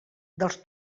dels